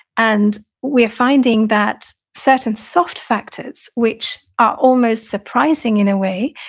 and we're finding that certain soft factors, which are almost surprising in a way,